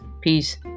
peace